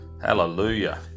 Hallelujah